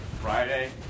Friday